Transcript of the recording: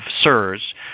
SIRS